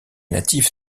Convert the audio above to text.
natif